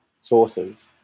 sources